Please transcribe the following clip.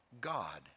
God